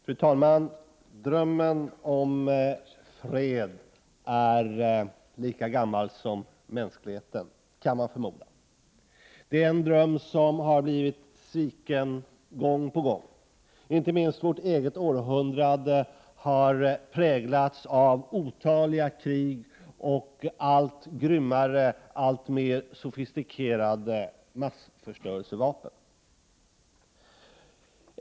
Fru talman! Drömmen om fred är lika gammal som mänskligheten, kan man förmoda. Det är en dröm som har blivit sviken gång på gång. Inte minst vårt eget århundrade har präglats av otaliga krig och allt grymmare, alltmer sofistikerade massförstörelsevapen.